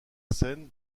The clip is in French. scène